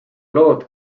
lood